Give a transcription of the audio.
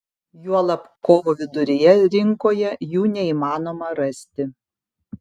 juolab kovo viduryje rinkoje jų neįmanoma rasti